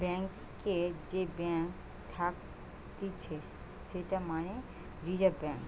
ব্যাংকারের যে ব্যাঙ্ক থাকতিছে সেটা মানে রিজার্ভ ব্যাঙ্ক